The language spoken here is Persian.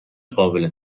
قابل